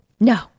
No